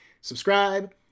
subscribe